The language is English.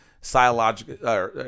psychological